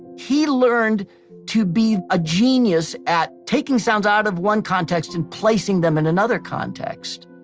he learned to be a genius at taking sounds out of one context and placing them in another context.